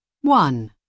one